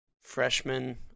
freshman-